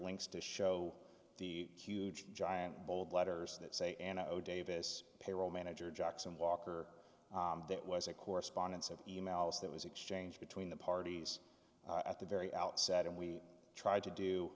lengths to show the huge giant bold letters that say and davis payroll manager jackson walker that was a correspondence of e mails that was exchanged between the parties at the very outset and we tried to do